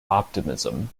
optimism